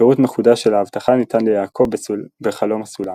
פירוט מחודש של ההבטחה ניתן ליעקב בחלום הסולם